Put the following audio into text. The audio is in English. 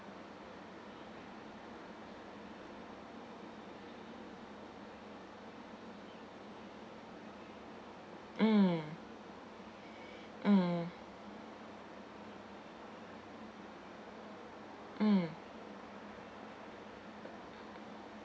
mm mm mm